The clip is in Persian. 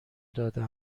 داده